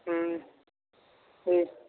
ہوں ٹھیک